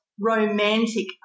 romantic